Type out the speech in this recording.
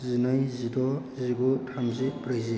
जिनै जिद' जिगु थामजि ब्रैजि